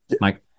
Mike